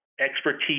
Expertise